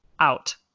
Out